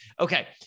Okay